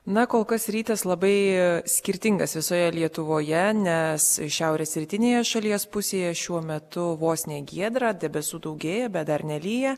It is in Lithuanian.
na kol kas rytas labai skirtingas visoje lietuvoje nes šiaurės rytinėje šalies pusėje šiuo metu vos ne giedra debesų daugėja bet dar nelyja